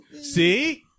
See